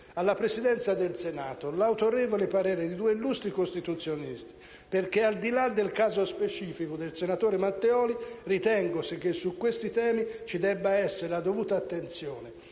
alla Presidenza del Senato l'autorevole parere di due illustri costituzionalisti, perché al di là del caso specifico del senatore Matteoli, ritengo che su questi temi ci debba essere la dovuta attenzione.